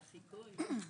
והחיקוי.